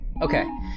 Okay